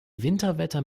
winterwetter